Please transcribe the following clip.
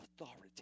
authority